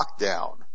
lockdown